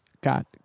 Got